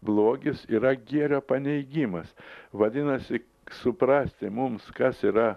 blogis yra gėrio paneigimas vadinasi suprasti mums kas yra